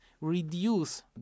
reduce